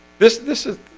this this is